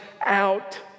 out